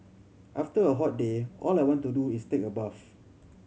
after a hot day all I want to do is take a bath